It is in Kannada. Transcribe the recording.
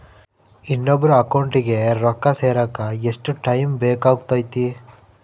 ಇನ್ನೊಬ್ಬರ ಅಕೌಂಟಿಗೆ ರೊಕ್ಕ ಸೇರಕ ಎಷ್ಟು ಟೈಮ್ ಬೇಕಾಗುತೈತಿ?